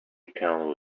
account